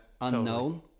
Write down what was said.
unknown